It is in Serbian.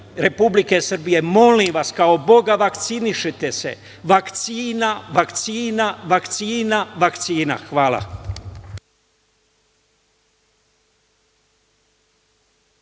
republike Srbije, molim vas kao Boga, vakcinišete se, vakcina, vakcina, vakcina. Hvala.